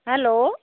hello